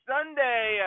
Sunday